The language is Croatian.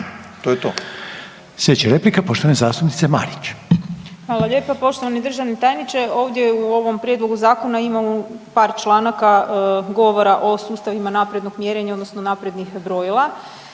Slijedeća replika poštovane zastupnice Marić. **Marić, Andreja (SDP)** Hvala lijepo. Poštovani državni tajniče ovdje u ovom prijedlogu zakona imamo par članaka govora o sustavima naprednog mjerenja odnosno naprednih brojila.